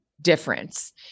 difference